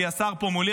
כי השר פה מולי,